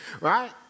Right